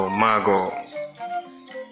mago